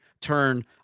turn